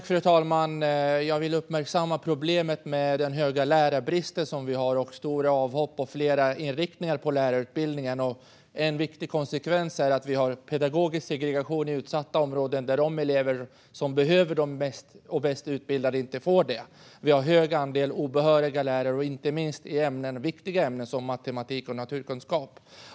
Fru talman! Jag vill uppmärksamma problemen med den stora lärarbristen och med stora avhopp på flera inriktningar på lärarutbildningen. En viktig konsekvens blir en pedagogisk segregation i utsatta områden. De elever som behöver de mest och bäst utbildade lärarna får inte det. Vi har också en stor andel obehöriga lärare, inte minst i viktiga ämnen som matematik och naturkunskap.